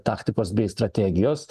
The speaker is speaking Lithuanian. taktikos bei strategijos